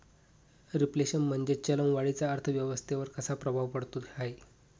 Reflation म्हणजे चलन वाढीचा अर्थव्यवस्थेवर कसा प्रभाव पडतो है?